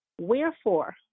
Wherefore